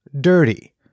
dirty